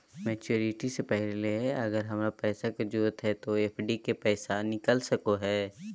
Maturity से पहले अगर हमरा पैसा के जरूरत है तो एफडी के पैसा निकल सको है?